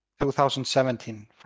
2017